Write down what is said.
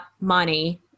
money